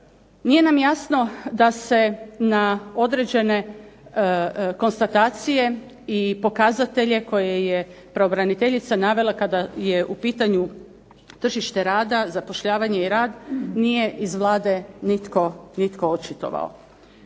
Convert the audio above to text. Nije nam jasno da se na određene konstatacije i pokazatelje koje je pravobraniteljica navela kada je u pitanju tržište rada, zapošljavanje i rad nije iz Vlade nitko očitovao.